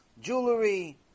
jewelry